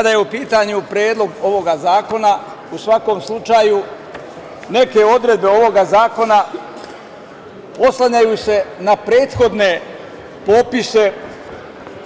Dame i gospodo, kada je u pitanju Predlog ovoga zakona, u svakom slučaju, neke odredbe ovoga zakona oslanjaju se na prethodne popise,